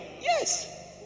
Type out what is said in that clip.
Yes